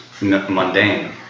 mundane